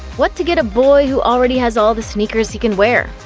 what to get a boy who already has all the sneakers he can wear?